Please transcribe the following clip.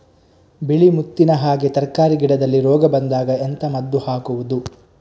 ಬಿಳಿ ಮುತ್ತಿನ ಹಾಗೆ ತರ್ಕಾರಿ ಗಿಡದಲ್ಲಿ ರೋಗ ಬಂದಾಗ ಎಂತ ಮದ್ದು ಹಾಕುವುದು?